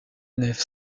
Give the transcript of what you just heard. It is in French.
nef